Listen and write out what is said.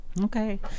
Okay